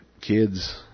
kids